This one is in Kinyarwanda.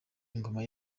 ingoma